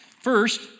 First